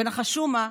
ונחשו מה,